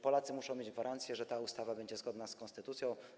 Polacy muszą mieć gwarancję, że ta ustawa będzie zgodna z konstytucją.